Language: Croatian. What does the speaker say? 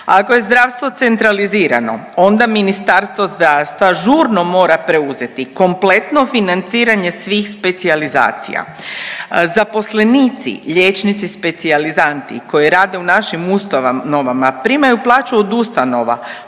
Ako je zdravstvo centralizirano onda Ministarstvo zdravstva žurno mora preuzeti kompletno financiranje svih specijalizacija. Zaposlenici, liječnici specijalizanti koji rade u našim ustanovama primaju plaću od ustanova,